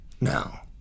now